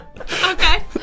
okay